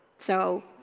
so,